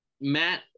Matt